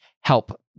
help